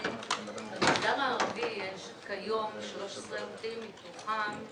אנחנו משתמשים בביטוי: שוק העבודה הוא הדוק אבל לא ממשיך להתהדק.